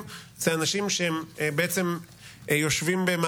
המבצע והיקף המבצע אני מישיר מבט לראש